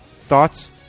thoughts